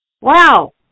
Wow